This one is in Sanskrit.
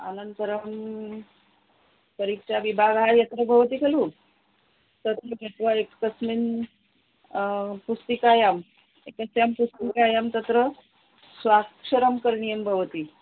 अनन्तरं परीक्षाविभागः यत्र भवति खलु तत्र गत्वा एकस्मिन् पुस्तिकायां एक्सां पुस्तिकायां तत्र स्वाक्षरं करणीयं भवति